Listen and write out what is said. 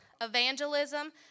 evangelism